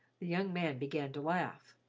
the young man began to laugh.